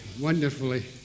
wonderfully